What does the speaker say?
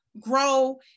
grow